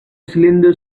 cylinder